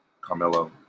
carmelo